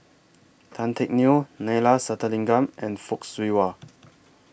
Tan Teck Neo Neila Sathyalingam and Fock Siew Wah